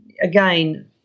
again